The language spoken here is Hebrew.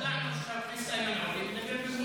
אנחנו הודענו שחבר הכנסת איימן עודה מדבר